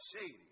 shady